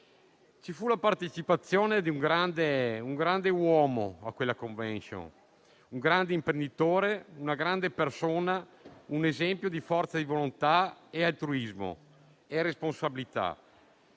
vide la partecipazione di un grande uomo, un grande imprenditore, una grande persona, un esempio di forza di volontà, altruismo e responsabilità.